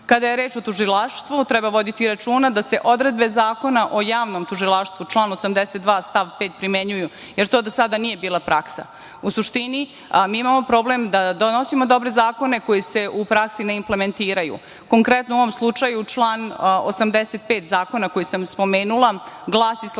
je reč o tužilaštvu treba voditi računa da se odredbe Zakona o javnom tužilaštvu član 82. stav 5. primenjuju, jer to do sada nije bila praksa. U suštini, mi imamo problem da donosimo dobre zakone koji se u praksi ne implementiraju. Konkretno u ovom slučaju, član 85. zakona koji sam spomenula glasi sledeće